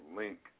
link